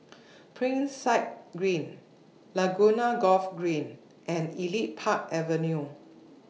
Side Green Laguna Golf Green and Elite Park Avenue